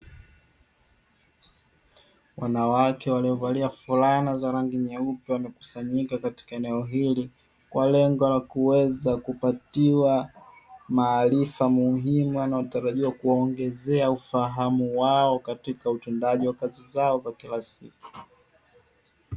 Wanawake waliovalia fulana za rangi nyeusi, wamekusanyika katika eneo hili, kwa lengo la kuweza kupatiwa maarifa muhimu yanayotarajiwa kuwaongezea ufahamu wao katika utendaji wa kazi zao za kila siku.